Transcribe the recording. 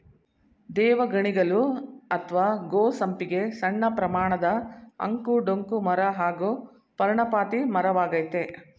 ದೇವಗಣಿಗಲು ಅತ್ವ ಗೋ ಸಂಪಿಗೆ ಸಣ್ಣಪ್ರಮಾಣದ ಅಂಕು ಡೊಂಕು ಮರ ಹಾಗೂ ಪರ್ಣಪಾತಿ ಮರವಾಗಯ್ತೆ